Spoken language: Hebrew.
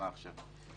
(היו"ר נורית קורן, 15:39)